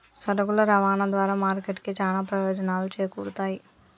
సరుకుల రవాణా ద్వారా మార్కెట్ కి చానా ప్రయోజనాలు చేకూరుతయ్